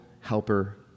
helper